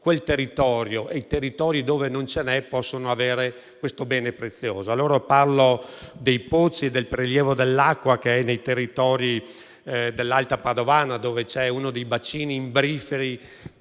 per far sì che nei territori dove non ce n'è possano avere questo bene prezioso. Parlo dei pozzi e del prelievo dell'acqua nei territori dell'Alta Padovana, dove c'è uno dei bacini imbriferi